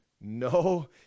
No